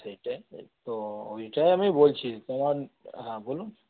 সেইটাই তো ওইটাই আমি বলছি তোমার হ্যাঁ বলুন